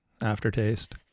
aftertaste